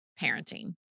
parenting